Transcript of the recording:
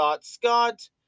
Scott